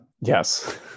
Yes